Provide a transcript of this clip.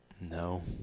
No